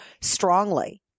strongly